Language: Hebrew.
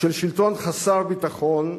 של שלטון חסר ביטחון,